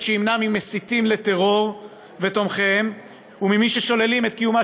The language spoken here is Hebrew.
שימנע ממסיתים לטרור ותומכיהם וממי ששוללים את קיומה